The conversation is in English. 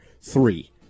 Three